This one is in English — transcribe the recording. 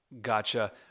Gotcha